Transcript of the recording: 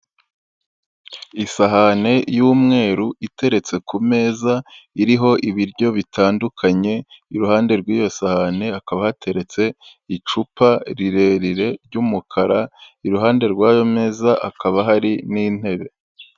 Isahani y'umweru iteretse ku meza iriho ibiryo bitandukanye, iruhande rw'iyo sahani akaba yateretse icupa rirerire ry'umukara, iruhande rw'ayo meza hakaba hari n'intebe.